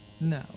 No